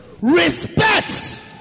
Respect